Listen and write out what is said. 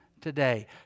today